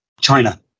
China